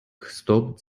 stopped